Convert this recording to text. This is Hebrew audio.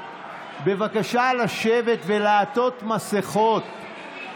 בבקשה, לשבת ולעטות מסכות.